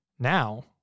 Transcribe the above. now